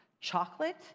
chocolate